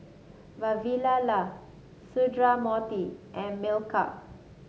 Vavilala Sundramoorthy and Milkha